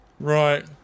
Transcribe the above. Right